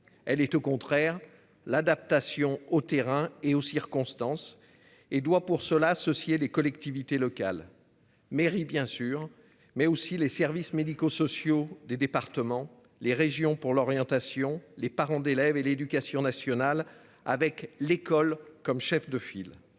Elle est au contraire l'adaptation au terrain et aux circonstances et doit pour cela associer les collectivités locales, mairies, bien sûr, mais aussi les services médico-sociaux des départements, les régions pour l'orientation, les parents d'élèves et l'éducation nationale avec l'école comme chef de file.